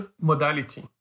modality